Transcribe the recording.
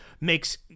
makes